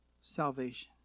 salvation